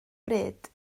bryd